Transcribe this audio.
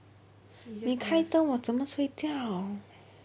你开灯我什么睡觉